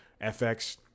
FX